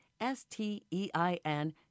s-t-e-i-n